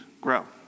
grow